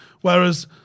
Whereas